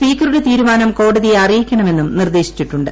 സ്പീക്കറുടെ തീരുമാനം കോടതിയെ അറിയിക്കണമെന്നും നിർദ്ദേശിച്ചിട്ടുണ്ട്